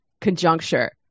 conjuncture